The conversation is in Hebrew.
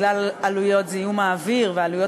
בגלל עלויות זיהום האוויר והעלויות